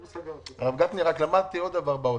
הרב גפני, למדתי עוד דבר באוצר.